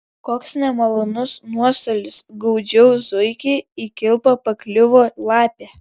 koks nemalonus nuostolis gaudžiau zuikį į kilpą pakliuvo lapė